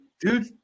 dude